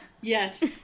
yes